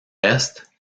est